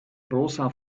rosa